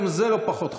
גם זה לא פחות חמור.